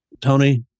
Tony